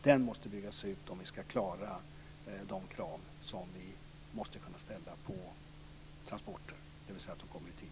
Den måste byggas ut om vi ska klara de krav som vi måste kunna ställa på transporter, dvs. att de kommer i tid.